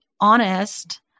honest